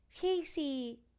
Casey